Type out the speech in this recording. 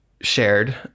shared